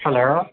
hello